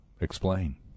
explain